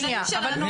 הילדים שלנו,